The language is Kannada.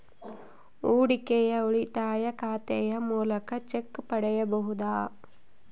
ಹೂಡಿಕೆಯ ಉಳಿತಾಯ ಖಾತೆಯ ಮೂಲಕ ಚೆಕ್ ಪಡೆಯಬಹುದಾ?